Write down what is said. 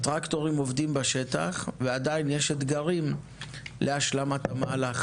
הטרקטורים עובדים בשטח ועדיין יש אתגרים להשלמת המהלך,